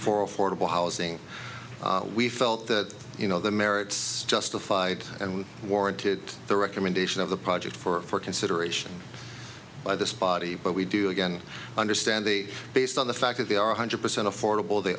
housing we felt that you know the merits justified and warranted the recommendation of the project for consideration by this body but we do again understand they based on the fact that they are one hundred percent affordable they